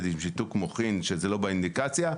עם שיתוק מוחין כשזה לא באינדיקציה,